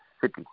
city